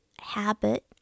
habit